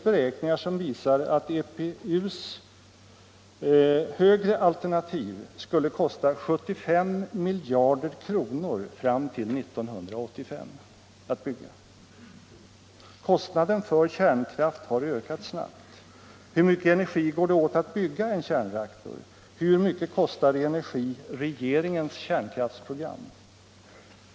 Beräkningar visar att EPU:s högre alternativ skulle kosta 75 miljarder kronor att bygga fram till 1985. Kostnaden för kärnkraft har ökat snabbt. Hur mycket energi går det åt för att bygga en kärnkraftsreaktor? Hur mycket kostar i energi regeringens kärnkraftsprogram?